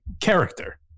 character